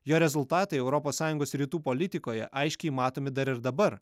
jo rezultatai europos sąjungos rytų politikoje aiškiai matomi dar ir dabar